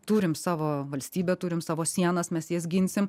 turim savo valstybę turim savo sienas mes jas ginsim